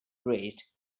braced